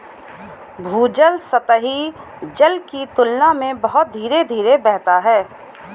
भूजल सतही जल की तुलना में बहुत धीरे धीरे बहता है